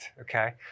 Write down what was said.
okay